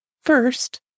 First